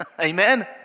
Amen